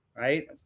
Right